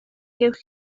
gewch